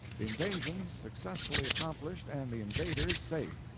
the invasions successfully accomplished and the invaders safe!